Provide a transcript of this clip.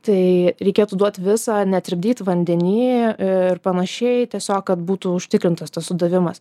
tai reikėtų duot visą netirpdyti vandeny ir panašiai tiesiog kad būtų užtikrintas tas sudavimas